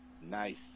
Nice